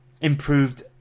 improved